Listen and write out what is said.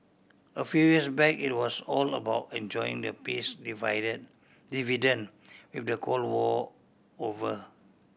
a few years back it was all about enjoying the peace divide dividend with the Cold War over